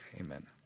Amen